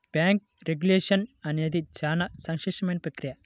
bank regulation అనేది చాలా సంక్లిష్టమైన ప్రక్రియ